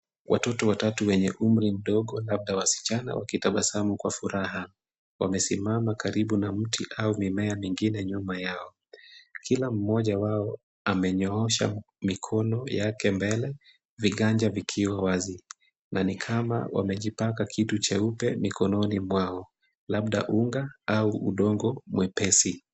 Watoto watatu wenye umri mdogo labda wasichana wakitabasamu kwa furaha wamesimama karibu na mti kavu, mimea mingine nyuma yao. Kila mmoja wao amenyoosha mikono yake mbele, viganja vikiwa wazi na ni kama wamejipaka kitu cheupe mikononi mwao labda unga au udongo mwepesi.